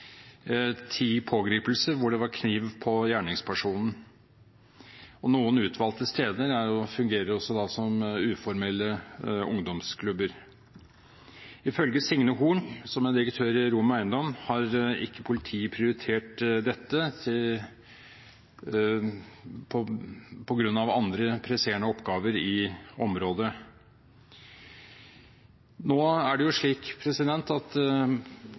hvor det var kniv på gjerningspersonen, og noen utvalgte steder fungerer også som uformelle ungdomsklubber. Ifølge Signe Horn, som er direktør i Rom Eiendom, har ikke politiet prioritert dette på grunn av andre presserende oppgaver i området. Nå er det slik at man kan lese i avisen at